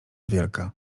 wielka